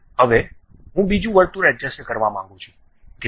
હવે હું બીજું વર્તુળ એડજસ્ટ કરવા માંગું છું